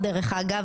דרך אגב,